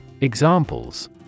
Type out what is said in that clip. Examples